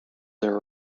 there